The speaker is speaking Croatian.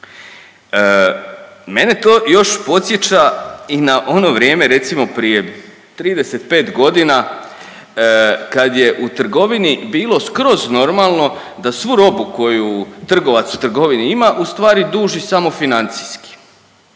Mene to još podsjeća i na ono vrijeme recimo prije 35 godina kad je u trgovini bilo skroz normalno da svu robu koju trgovac u trgovini ima u stvari duži samo financijski